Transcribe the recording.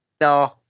No